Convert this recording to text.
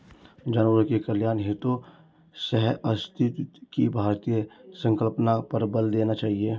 जानवरों के कल्याण हेतु सहअस्तित्व की भारतीय संकल्पना पर बल देना चाहिए